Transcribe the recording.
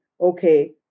okay